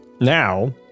Now